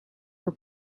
were